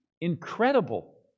incredible